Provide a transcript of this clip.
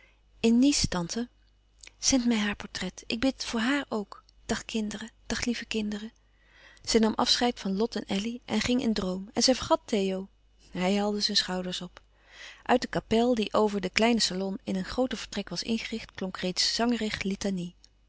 in nice tante zend mij haar portret ik bid voor haar ook dag kinderen dag lieve kinderen zij nam afscheid van lot en elly en ging in droom en zij vergat theo hij haalde zijn schouders op uit de kapel die over den kleinen salon in een grooter vertrek was ingericht klonk reeds zangerig litanie